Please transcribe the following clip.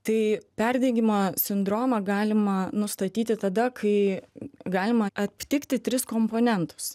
tai perdegimo sindromą galima nustatyti tada kai galima aptikti tris komponentus